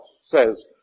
says